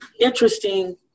interesting